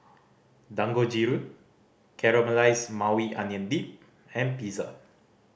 Dangojiru Caramelized Maui Onion Dip and Pizza